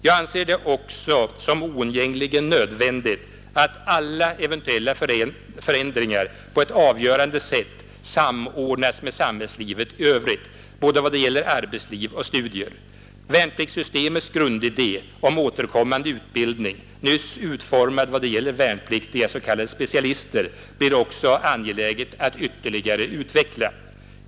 Jag anser det också oundgängligen nödvändigt att alla eventuella förändringar på ett avgörande sätt samordnas med samhällslivet i övrigt, vad gäller både arbetsliv och studier. Värnpliktssystemets grundidé om återkommande utbildning, nyss utformad vad gäller värnpliktiga s.k. specialister, blir det också angeläget att ytterligare utveckla.